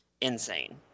insane